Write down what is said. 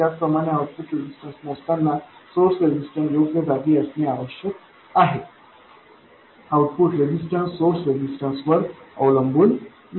त्याचप्रमाणे output resistance मोजताना source resistance योग्य जागी असणे आवश्यक आहे आउटपुट रेजिस्टन्स सोर्स रेजिस्टन्स वर अवलंबून नाही